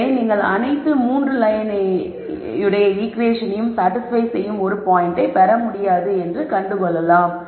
எனவே நீங்கள் அனைத்து 3 லயனுடைய ஈகுவேஷனையும் சாடிஸ்பய் செய்யும் ஒரு பாய்ண்டை பெற முடியாது என்பதை கண்டு கொள்ளலாம்